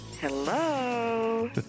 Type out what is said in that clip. hello